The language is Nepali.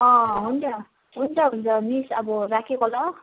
अँ हुन्छ हुन्छ हुन्छ मिस अब राखेको ल